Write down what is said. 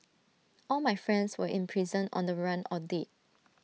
all my friends were in prison on the run or dead